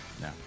no